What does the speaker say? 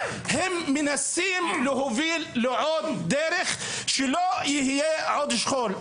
הם מנסים להוביל לעוד דרך שלא יהיה עוד שכול,